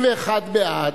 51 בעד,